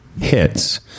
hits